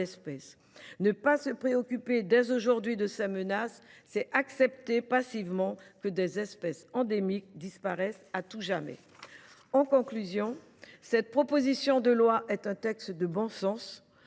Ne pas se préoccuper dès aujourd’hui de ces menaces, c’est accepter passivement que des espèces endémiques disparaissent à tout jamais. En conclusion, cette proposition de loi est un texte de bon sens,